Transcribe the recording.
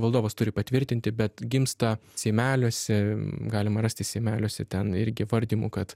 valdovas turi patvirtinti bet gimsta seimeliuose galima rasti seimeliuose ten irgi vardymų kad